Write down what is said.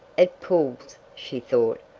it pulls, she thought.